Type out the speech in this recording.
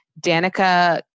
Danica